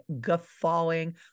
guffawing